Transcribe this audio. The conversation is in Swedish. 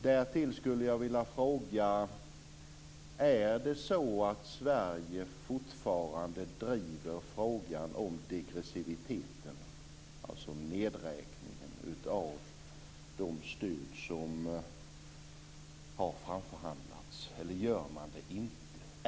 Därtill skulle jag vilja fråga: Driver Sverige fortfarande frågan om degressiviteten, alltså nedräkningen av de stöd som har framförhandlats, eller gör man det inte?